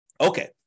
Okay